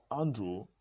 Andrew